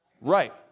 Right